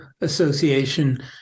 association